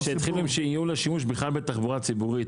אז שיתחילו עם ייעול השימוש בכלל בתחבורה ציבורית.